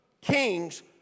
kings